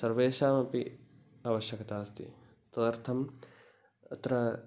सर्वेषाम् अपि अवश्यकता अस्ति तदर्थम् अत्र